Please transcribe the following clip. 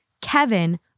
Kevin